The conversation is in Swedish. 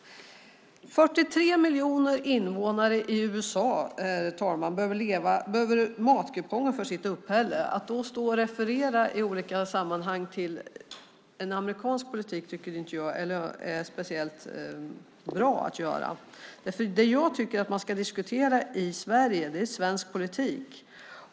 43 miljoner invånare i USA behöver matkuponger för sitt uppehälle. Att då stå och referera i olika sammanhang till amerikansk politik tycker inte jag är speciellt bra. Det jag tycker att man ska diskutera i Sverige är svensk politik.